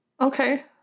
okay